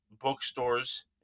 Bookstores